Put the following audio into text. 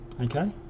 okay